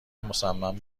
مصمم